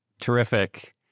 Terrific